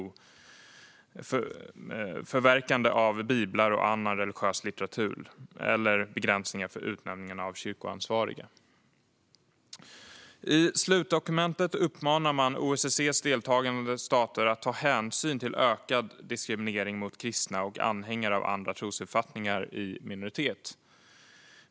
Det handlar om förverkande av biblar och annan religiös litteratur eller om begränsningar för utnämningen av kyrkoansvariga. I slutdokumentet uppmanar man OSSE:s deltagande stater att ta hänsyn till ökad diskriminering mot kristna och anhängare av andra trosuppfattningar i minoritet.